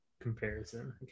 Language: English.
Comparison